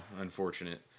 unfortunate